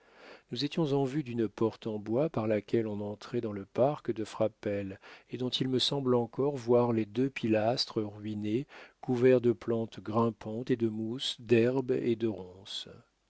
nous étions en vue d'une porte en bois par laquelle on entrait dans le parc de frapesle et dont il me semble encore voir les deux pilastres ruinés couverts de plantes grimpantes et de mousses d'herbes et de